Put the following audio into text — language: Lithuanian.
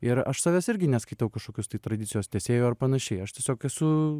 ir aš savęs irgi neskaitau kažkokios tai tradicijos tęsėju ar panašiai aš tiesiog esu